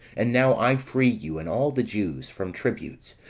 and now i free you, and all the jews, from tributes,